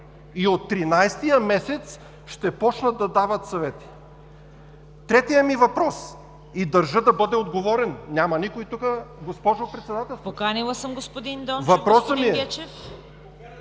и от 13-ия месец ще почнат да дават съвети. Третият ми въпрос и държа да бъде отговорено – няма никой тук, госпожо Председател. ПРЕДСЕДАТЕЛ